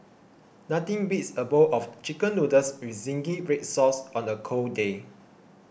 nothing beats a bowl of Chicken Noodles with Zingy Red Sauce on a cold day